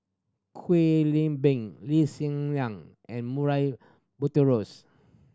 Kwek Leng Beng Lee Hsien Yang and Murray Buttrose